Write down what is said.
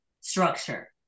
structure